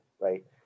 Right